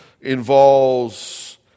involves